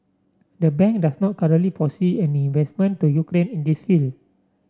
the bank does not currently foresee any investment to Ukraine in this field